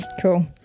cool